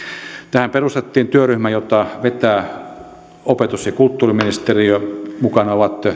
tähän perustettiin työryhmä jota vetää opetus ja kulttuuriministeriö mukana ovat